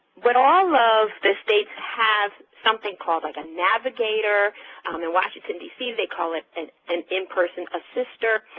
but all of the states have something called like a navigator. um in washington dc they call it and an in-person assistor,